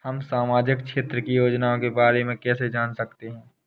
हम सामाजिक क्षेत्र की योजनाओं के बारे में कैसे जान सकते हैं?